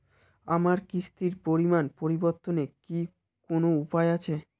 আমার কিস্তির পরিমাণ পরিবর্তনের কি কোনো উপায় আছে?